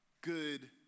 good